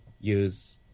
use